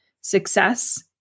success